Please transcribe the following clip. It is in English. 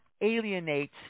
alienate